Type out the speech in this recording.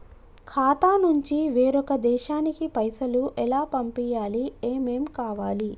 ఖాతా నుంచి వేరొక దేశానికి పైసలు ఎలా పంపియ్యాలి? ఏమేం కావాలి?